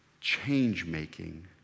change-making